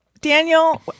Daniel